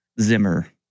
Zimmer